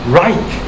right